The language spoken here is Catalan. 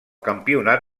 campionat